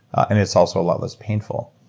and it's also a lot less painful.